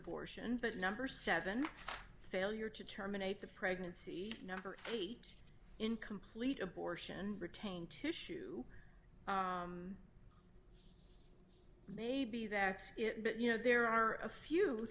abortion but number seven failure to terminate the pregnancy number eight incomplete abortion retain tissue maybe that's it but you know there are a few